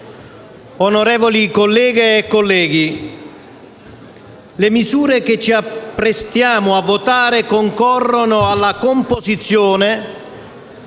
onorevoli colleghe e colleghi, le misure che ci apprestiamo a votare concorrono alla composizione